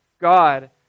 God